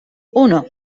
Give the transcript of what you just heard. uno